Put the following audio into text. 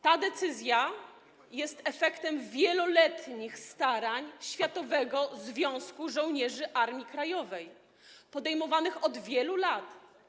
Ta decyzja jest efektem starań Światowego Związku Żołnierzy Armii Krajowej podejmowanych od wielu lat.